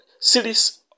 series